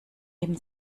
heben